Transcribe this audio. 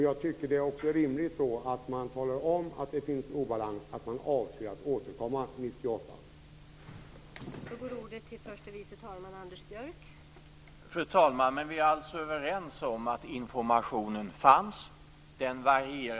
Jag tycker också att det då är rimligt att man talar om att det finns en obalans och att man avser att återkomma 1998.